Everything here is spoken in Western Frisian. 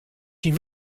syn